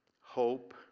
hope